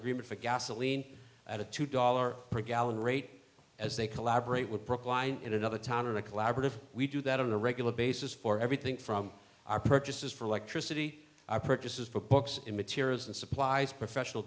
agreement for gasoline at a two dollar per gallon rate as they collaborate with brookline in another town and a collaborative we do that on a regular basis for everything from our purchases for electricity our purchases for books in materials and supplies professional